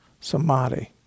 samadhi